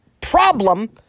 problem